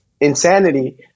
insanity